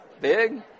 Big